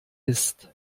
ist